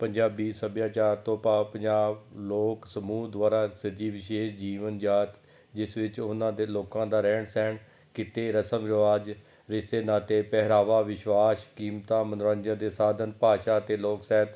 ਪੰਜਾਬੀ ਸੱਭਿਆਚਾਰ ਤੋਂ ਭਾਵ ਪੰਜਾਬ ਲੋਕ ਸਮੂਹ ਦੁਆਰਾ ਸਜੀ ਵਿਸ਼ੇਸ਼ ਜੀਵਨ ਜਾਤ ਜਿਸ ਵਿੱਚ ਉਹਨਾਂ ਦੇ ਲੋਕਾਂ ਦਾ ਰਹਿਣ ਸਹਿਣ ਕਿੱਤੇ ਰਸਮ ਰਿਵਾਜ ਰਿਸ਼ਤੇ ਨਾਤੇ ਪਹਿਰਾਵਾ ਵਿਸ਼ਵਾਸ ਕੀਮਤਾਂ ਮਨੋਰੰਜਨ ਦੇ ਸਾਧਨ ਭਾਸ਼ਾ ਅਤੇ ਲੋਕ ਸਹਿਤ